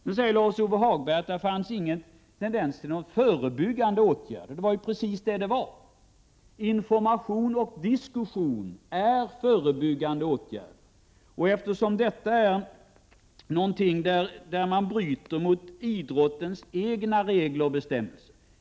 Sedan sade Lars-Ove Hagberg att det inte finns några tendenser till förebyggande åtgärder. Det är ju precis det som finns! Information och diskussion är förebyggande åtgärder. Doping är en företeelse som innebär att man bryter mot idrottens egna regler och bestämmelser.